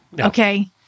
okay